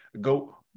go